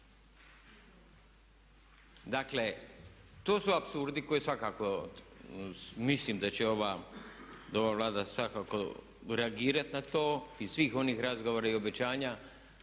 Dakle, to su apsurdi koje mislim da će ova Vlada svakako reagirati na to iz svih onih razgovora i obećanja